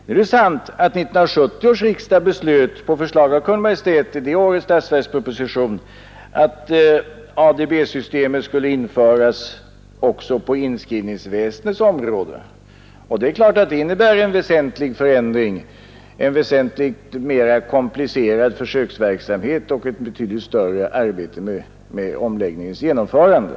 Nu är det sant, att 1970 års riksdag på förslag från Kungl. Maj:t i det årets statsverksproposition beslöt att ADB-systemet skulle införas också på inskrivningsväsendets område. Detta innebär självfallet en väsentlig förändring. Det blev härigenom en åtskilligt mera komplicerad försöksverksamhet och ett betydligt större arbete med omläggningens genomförande.